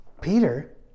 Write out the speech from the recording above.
Peter